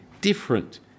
different